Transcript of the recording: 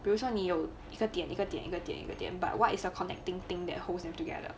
比如说你有一个点一个点一个点一个点 but what is connecting thing that holds them together